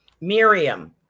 Miriam